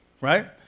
right